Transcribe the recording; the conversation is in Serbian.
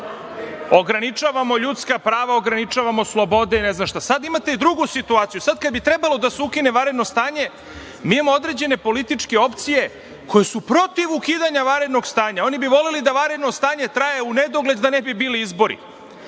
ograničavamo ljudska prava, ograničavamo slobode, itd. Sada imate drugu situaciju. Sada kada bi trebalo da se ukine vanredno stanje, mi imamo određene političke opcije koje su protiv ukidanja vanrednog stanja. Oni bi voleli da vanredno stanje traje u nedogled, da ne bi bili izbori. Mi